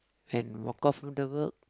and walk off from the world